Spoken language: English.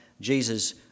Jesus